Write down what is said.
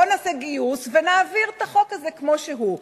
בוא נעשה גיוס ונעביר את החוק הזה כמו שהוא.